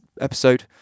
episode